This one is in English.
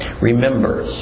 Remember